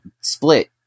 split